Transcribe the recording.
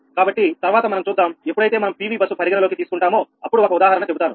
కాబట్టి తర్వాత మనం చూద్దాం ఎప్పుడైతే మనం PV బస్సు పరిగణలోకి తీసుకుంటామో అప్పుడు ఒక ఉదాహరణ చెబుతాను సరేనా